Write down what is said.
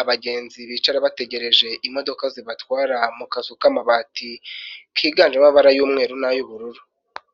abagenzi bicara bategereje imodoka zibatwara mu kazu k'amabati kiganjemo amabara y'umweru n'ay'ubururu.